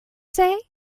say